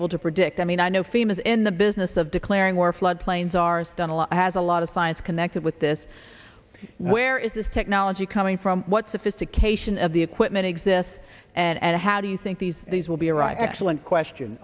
able to predict i mean i know famous in the business of declaring war floodplains arsenal has a lot of science connected with this where is this technology coming from what sophistication of the equipment exists and how do you think these these will be right excellent question